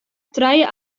trije